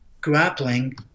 grappling